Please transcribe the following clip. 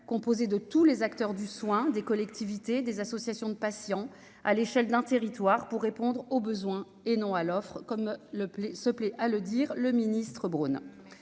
composée de tous les acteurs du soin des collectivités, des associations de patients à l'échelle d'un territoire pour répondre aux besoins et non à l'offre, comme le lait se plaît à le dire, le ministre-Bruno